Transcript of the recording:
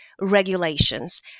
regulations